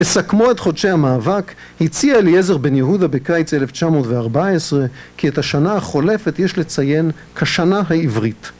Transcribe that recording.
הסכמו את חודשי המאבק, הציע אליעזר בן יהודה בקיץ 1914 כי את השנה החולפת יש לציין כשנה העברית.